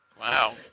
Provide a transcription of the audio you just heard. Wow